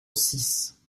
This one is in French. six